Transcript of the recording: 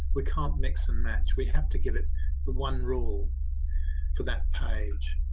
we can't mix and match, we have to give it the one rule for that page.